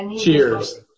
Cheers